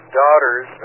daughters